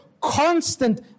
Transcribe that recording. constant